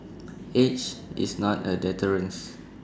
age is not A deterrence